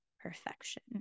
perfection